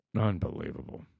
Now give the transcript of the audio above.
Unbelievable